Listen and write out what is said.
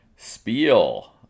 Spiel